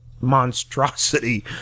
monstrosity